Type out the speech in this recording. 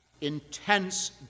intense